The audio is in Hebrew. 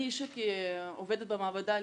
אני אישית עובדת במעבדה,